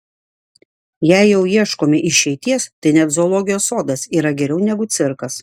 jei jau ieškome išeities tai net zoologijos sodas yra geriau negu cirkas